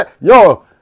Yo